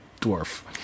dwarf